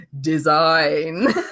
design